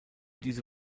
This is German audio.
diese